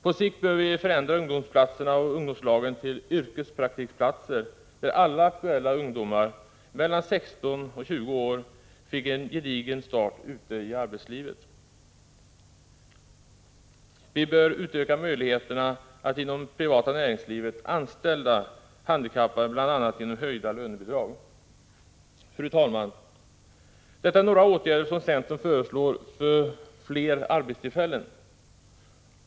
På sikt bör vi förändra ungdomsplatserna och ungdomslagen till yrkespraktiksplatser, där alla aktuella ungdomar mellan 16 och 20 år får en gedigen start ute i arbetslivet. Vi bör också utöka möjligheten att inom det privata näringslivet anställa handikappade, bl.a. genom höjda lönebidrag. Fru talman! Detta är några åtgärder som centern föreslår för att skapa fler arbetstillfällen.